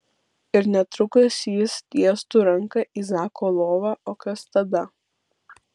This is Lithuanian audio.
ir netrukus jis tiestų ranką į zako lovą o kas tada